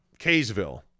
Kaysville